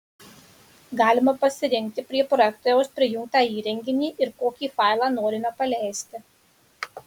galima pasirinkti prie projektoriaus prijungtą įrenginį ir kokį failą norime paleisti